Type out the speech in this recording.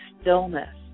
stillness